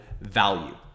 value